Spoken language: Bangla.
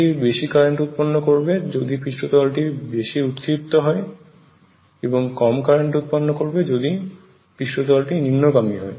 এটি বেশি কারেন্ট উৎপন্ন করবে যদি পৃষ্ঠতল টি বেশি উৎক্ষিপ্ত হয় এবং কম কারেন্ট উৎপন্ন করবে যদি পিষ্ঠতলটি নিম্নগামী হয়